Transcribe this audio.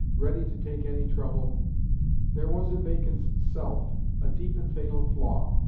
ready to take any trouble there was in bacon's self a deep and fatal flaw.